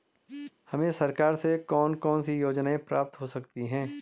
हमें सरकार से कौन कौनसी योजनाएँ प्राप्त हो सकती हैं?